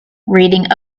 reading